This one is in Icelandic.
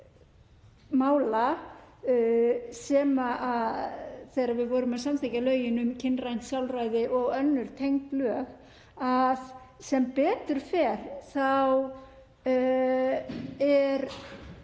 mála, þegar við vorum að samþykkja lögin um kynrænt sjálfræði og önnur tengd lög, að sem betur fer er